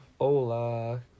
Hola